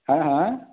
ହାଁ ହାଁ